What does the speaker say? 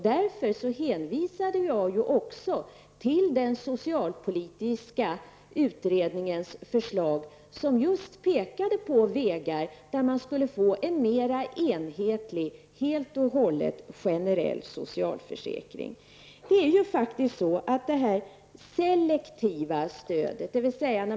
Därför hänvisade jag också till den socialpolitiska utredningens förslag som just pekade på vägar enligt vilka man skulle få en mera enhetlig och helt och hållet generell socialförsäkring. det är ju faktiskt så, att det selektiva stödet, dvs.